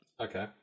Okay